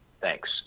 Thanks